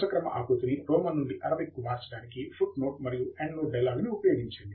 వరుసక్రమ ఆకృతిని రోమన్ నుండి అరబిక్కు మార్చడానికి ఫుట్ నోట్ మరియు ఎండ్ నోట్ డైలాగ్ ని ఉపయోగించండి